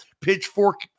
pitchfork